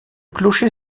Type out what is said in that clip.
clocher